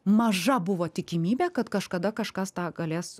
maža buvo tikimybė kad kažkada kažkas tą galės